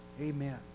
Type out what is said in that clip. Amen